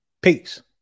Peace